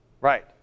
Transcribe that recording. Right